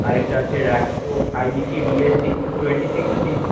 আরেকটা আছে র্যাকপো IBC DS six twenty sixty